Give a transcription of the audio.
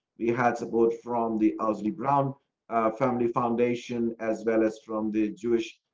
we had support from the owsley brown family foundation as vallis from the jewish